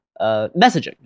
messaging